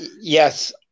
Yes